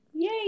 Yay